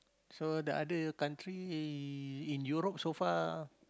so the other country in Europe so far